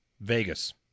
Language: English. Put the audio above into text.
Vegas